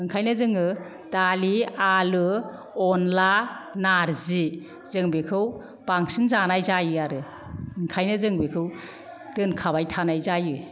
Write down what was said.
ओंखायनो जोङो दालि आलु अनला नार्जि जों बेखौ बांसिन जानाय जायो आरो ओंखायनो जों बेखौ दोनखाबाय थानाय जायो